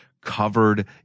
covered